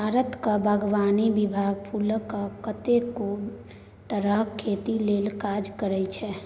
भारतक बागवानी विभाग फुलक कतेको तरहक खेती लेल काज करैत छै